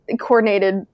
coordinated